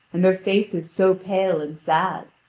and their faces so pale and sad.